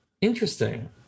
Interesting